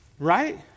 Right